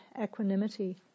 equanimity